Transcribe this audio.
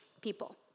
people